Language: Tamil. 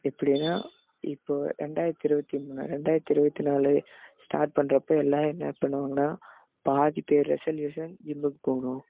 எப்படின்னா இப்போது ரெண்டாயிரத்தி இருபத்தி மூணு ரெண்டாயிரத்தி இருபத்தி நாலு ஸ்டார்ட் பண்றப்போ எல்லாம் என்ன பண்ணுவாங்கன்னால் பாதி பேர் ரெசொல்யூஷன் ஜிம்முக்கு போகணும்